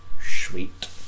sweet